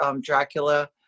Dracula